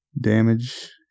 Damage